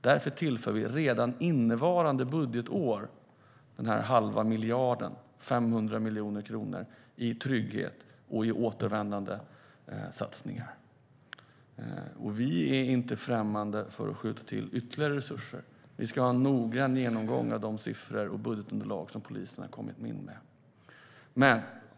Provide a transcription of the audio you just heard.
Därför tillför vi redan innevarande budgetår denna halva miljard, 500 miljoner kronor, i trygghet och i återvändandesatsningar. Vi är inte främmande för att skjuta till ytterligare resurser. Vi ska ha en noggrann genomgång av de siffror och budgetunderlag som polisen har kommit in med.